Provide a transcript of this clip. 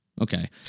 Okay